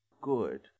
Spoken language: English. good